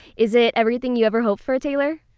is it everything you ever hoped for taylor?